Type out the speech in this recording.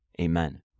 Amen